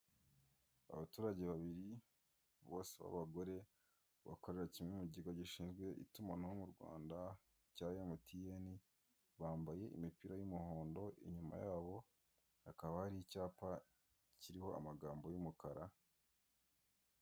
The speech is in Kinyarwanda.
Abaturage babiri bose babagore, bakorera kimwe mu kigo gishinzwe itumanaho mu Rwanda cya MTN. Bambaye imipira y'umuhondo inyuma yabo hakaba hari icyapa kiriho amagambo y'umukara.